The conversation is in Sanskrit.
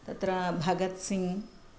तत्र भगत्सिङ्ग्